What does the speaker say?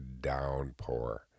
downpour